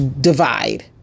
divide